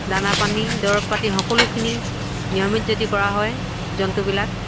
দানা পানী দৰৱ পাতি সকলোখিনি নিয়মিত যদি কৰা হয় জন্তুবিলাক